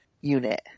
Unit